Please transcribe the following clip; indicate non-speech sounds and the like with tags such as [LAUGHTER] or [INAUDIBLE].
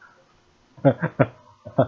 [LAUGHS]